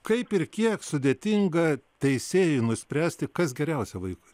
kaip ir kiek sudėtinga teisėjui nuspręsti kas geriausia vaikui